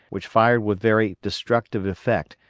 which fired with very destructive effect,